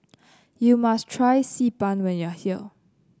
you must try Xi Ban when you are here